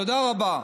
תודה רבה.